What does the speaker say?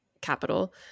capital